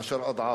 חבר הכנסת מולה,